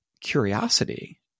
curiosity